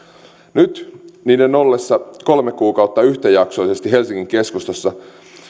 nyt niiden oltua kolme kuukautta yhtäjaksoisesti helsingin keskustassa